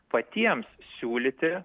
patiems siūlyti